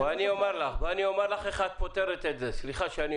בואי אני אומר לך איך את פותרת את זה, בסדר?